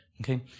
Okay